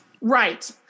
right